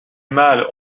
mâles